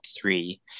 three